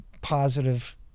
positive